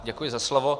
Děkuji za slovo.